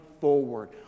forward